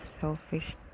selfish